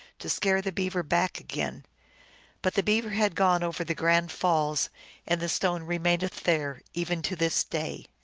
to scare the beaver back again but the beaver had gone over the grand falls and the stone remaineth there even to this day.